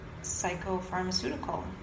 psychopharmaceutical